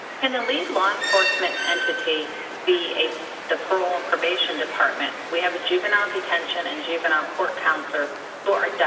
can a lead law enforcement entity be a the parole and probation department? we have a juvenile detention and juvenile court counselors who are